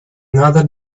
another